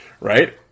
Right